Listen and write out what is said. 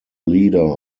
leader